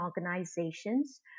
organizations